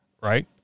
right